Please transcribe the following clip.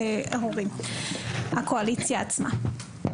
ההורים, הקואליציה עצמה.